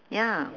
ya